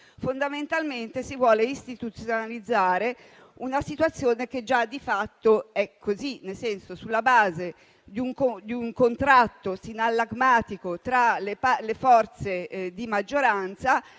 Fondamentalmente, si vuole istituzionalizzare una situazione che già di fatto è così, nel senso che, sulla base di un contratto sinallagmatico tra le forze di maggioranza,